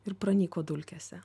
ir pranyko dulkėse